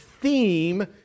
theme